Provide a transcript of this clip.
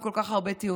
עם כל כך הרבה טיעונים,